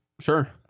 Sure